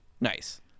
Nice